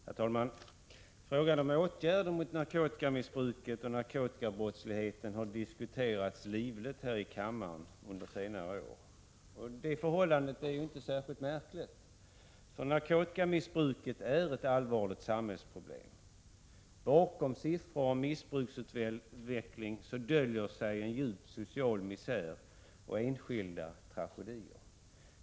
Herr talman! Frågan om åtgärder mot narkotikamissbruket och narkotikabrottsligheten har diskuterats livligt här i kammaren under senare år. Det förhållandet är inte särskilt märkligt, för narkotikamissbruket är ett allvarligt samhällsproblem. Bakom siffror om missbruksutvecklingen döljer sig en djup social misär och enskilda tragedier.